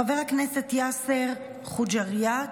חבר הכנסת יאסר חוג'יראת,